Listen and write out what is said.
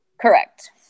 Correct